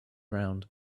round